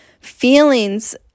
feelings